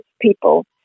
people